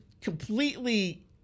completely –